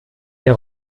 der